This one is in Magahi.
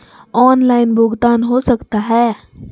ऑनलाइन भुगतान हो सकता है?